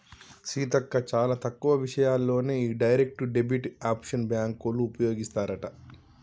సీతక్క చాలా తక్కువ విషయాల్లోనే ఈ డైరెక్ట్ డెబిట్ ఆప్షన్ బ్యాంకోళ్ళు ఉపయోగిస్తారట